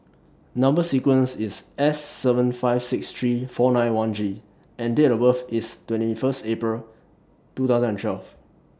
Number sequence IS S seven five six three four nine one G and Date of birth IS twenty First April two thousand and twelve